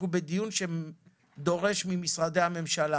אנחנו בדיון שדורש ממשרדי הממשלה